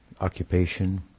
occupation